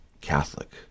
Catholic